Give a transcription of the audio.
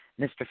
Mr